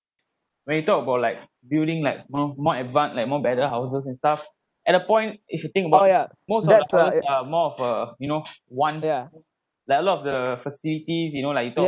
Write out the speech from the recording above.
when you talk about like building like more more advance like more better houses and stuff at a point if you think about most of the are more of uh you know want like a lot of the facilities you know like you talk